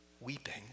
weeping